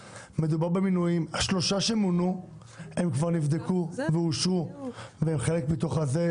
שלושה כבר נבדקו ואושרו, הם חלק מהמליאה.